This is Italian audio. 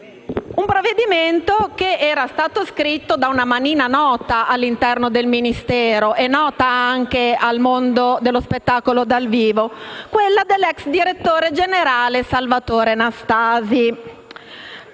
un provvedimento che era stato scritto da una manina nota all'interno del Ministero e anche al mondo dello spettacolo dal vivo, ossia quella dell'ex direttore generale Salvatore Nastasi.